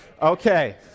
Okay